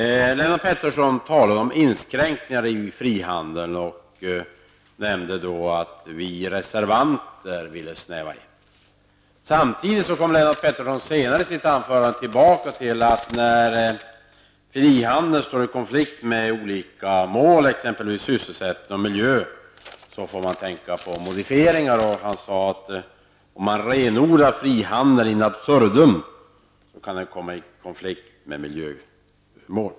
Lennart Pettersson talade om inskränkningar i frihandeln och nämnde då att vi reservanter ville snäva in. Samtidigt kommer Lennart Pettersson senare i sitt anförande tillbaka till att man får tänka på modifieringar när frihandeln står i konflikt med olika mål, exempelvis sysselsättning och miljö. Han sade att om man renodlar frihandeln in absurdum, kan den komma i konflikt med miljömål.